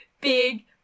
big